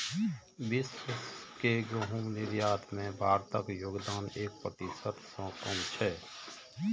विश्व के गहूम निर्यात मे भारतक योगदान एक प्रतिशत सं कम छै